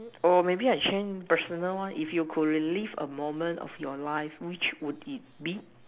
oh maybe I change personal one if you could relive a moment of your life which would it be